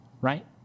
Right